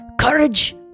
courage